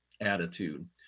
attitude